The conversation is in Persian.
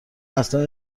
اصلا